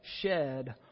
shed